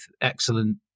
excellent